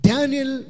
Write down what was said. Daniel